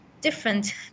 different